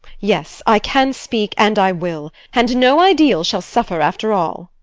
yes, i can speak and i will. and no ideals shall suffer after all.